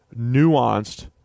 nuanced